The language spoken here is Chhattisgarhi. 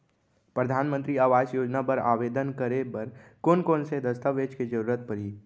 परधानमंतरी आवास योजना बर आवेदन करे बर कोन कोन से दस्तावेज के जरूरत परही?